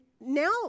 now